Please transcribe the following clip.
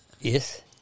Yes